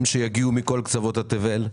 שיגיעו מכל קצוות התבל.